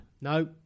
No